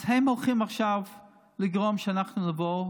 אז הם הולכים עכשיו לגרום שאנחנו נבוא,